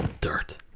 dirt